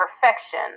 perfection